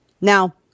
Now